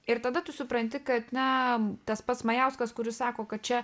ir tada tu supranti kad nem tas pats majauskas kuris sako kad čia